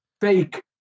fake